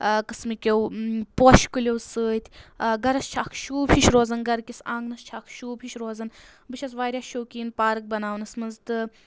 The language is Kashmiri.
قٕسمہٕ کَیٚو پوشہِ کُلیِو ستۭۍ گَرَس چھِ اَکھ شوٗب ہِش روزَن گَرکِس آنٛگنَس چھِ اَکھ شوٗب ہِش روزَن بہٕ چھَس واریاہ شوقیٖن پارَک بَناونَس منٛز تہٕ